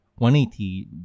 180